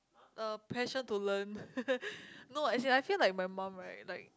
uh pressure to learn no as in I feel like my mum right like